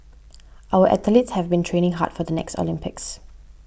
our athletes have been training hard for the next Olympics